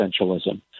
essentialism